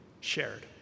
shared